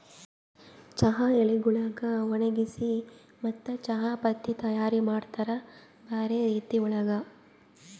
ಚಹಾ ಎಲಿಗೊಳಿಗ್ ಒಣಗಿಸಿ ಮತ್ತ ಚಹಾ ಪತ್ತಿ ತೈಯಾರ್ ಮಾಡ್ತಾರ್ ಬ್ಯಾರೆ ರೀತಿ ಒಳಗ್